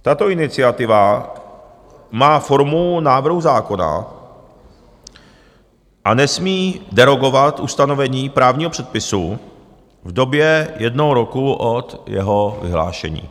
Tato iniciativa má formu návrhu zákona a nesmí derogovat ustanovení právního předpisu v době jednoho roku od jeho vyhlášení.